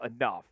enough